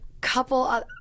couple